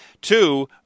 Two